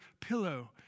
pillow